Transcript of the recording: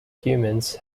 humans